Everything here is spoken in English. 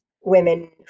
women